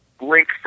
link